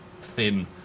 thin